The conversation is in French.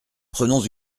prenons